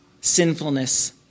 sinfulness